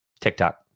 TikTok